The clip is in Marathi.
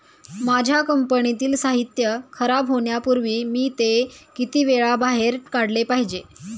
माझ्या कंपनीतील साहित्य खराब होण्यापूर्वी मी ते किती वेळा बाहेर काढले पाहिजे?